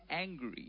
angry